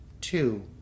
Two